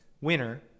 winner